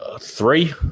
Three